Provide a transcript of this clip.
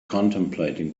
contemplating